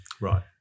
Right